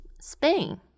Spain